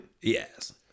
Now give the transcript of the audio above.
Yes